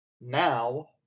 Now